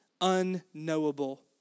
unknowable